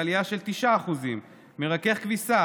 עלייה של 9%; מרכך כביסה,